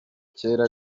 cyera